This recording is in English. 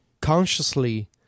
consciously